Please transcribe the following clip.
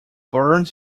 burns